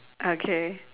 okay